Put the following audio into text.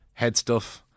Headstuff